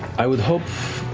i would hope